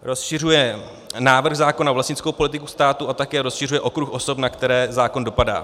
Rozšiřuje návrh zákona o vlastnickou politiku státu a také rozšiřuje okruh osob, na které zákon dopadá.